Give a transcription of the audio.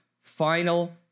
final